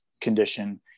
condition